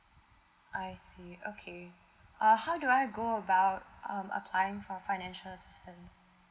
I see okay uh how do I go about um applying for financial assistance